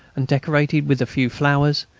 and decorated with a few flowers.